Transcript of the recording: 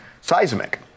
seismic